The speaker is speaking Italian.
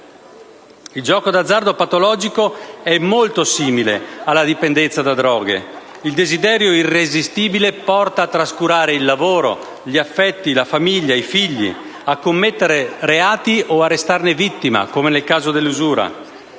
Il gioco d'azzardo patologico è molto simile alla dipendenza da droghe. Il desiderio irresistibile porta a trascurare il lavoro, gli affetti, la famiglia, i figli, a commettere reati o a restarne vittima, come nel caso dell'usura.